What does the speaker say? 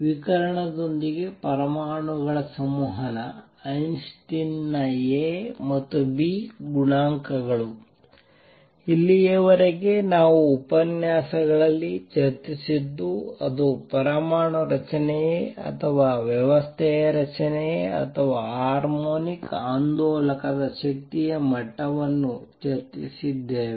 ವಿಕಿರಣದೊಂದಿಗೆ ಪರಮಾಣುಗಳ ಸಂವಹನ ಐನ್ಸ್ಟೈನ್ನ ಎ ಮತ್ತು ಬಿ ಗುಣಾಂಕಗಳು ಇಲ್ಲಿಯವರೆಗೆ ನಾವು ಉಪನ್ಯಾಸಗಳಲ್ಲಿ ಚರ್ಚಿಸಿದ್ದು ಅದು ಪರಮಾಣು ರಚನೆಯೇ ಅಥವಾ ವ್ಯವಸ್ಥೆಯ ರಚನೆಯೇ ಅಥವಾ ಹಾರ್ಮೋನಿಕ್ ಆಂದೋಲಕದ ಶಕ್ತಿಯ ಮಟ್ಟವನ್ನು ಚರ್ಚಿಸಿದ್ದೇವೆ